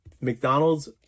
McDonald's